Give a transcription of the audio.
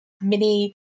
mini